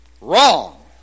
wrong